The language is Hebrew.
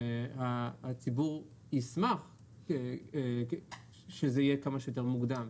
והציבור ישמח שזה יהיה כמה שיותר מוקדם.